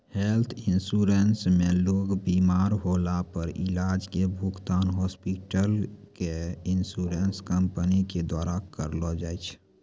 health insurance मे लोग बिमार होला पर इलाज के भुगतान हॉस्पिटल क इन्शुरन्स कम्पनी के द्वारा करलौ जाय छै